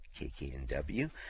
KKNW